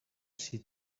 she